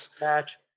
match